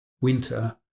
winter